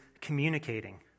communicating